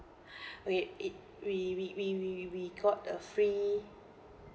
wait it we we we we we got a free